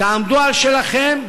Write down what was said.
תעמדו על שלכם,